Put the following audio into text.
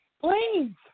Please